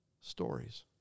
stories